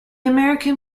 american